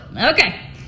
Okay